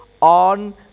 on